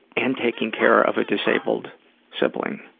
and taking care of a disabled sibling.